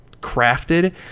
crafted